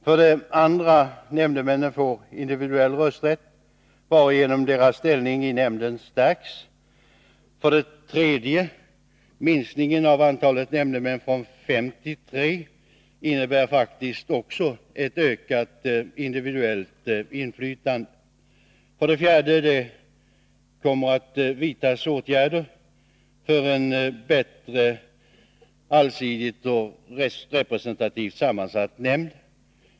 För det andra: Nämndemännen får individuell rösträtt, varigenom deras ställning i nämnden stärks. För det tredje: Minskningen av antalet nämndemän från fem till tre innebär också ett ökat individuellt inflytande. För det fjärde: Det kommer att vidtas åtgärder för en bättre, allsidigt och representativt sammansatt nämnd.